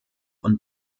und